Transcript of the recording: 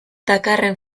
dakarren